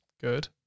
good